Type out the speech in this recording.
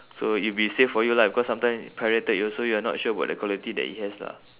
so it'll be safe for you lah because sometime pirated you also you're not sure about the quality that it has lah